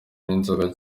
n’inzoka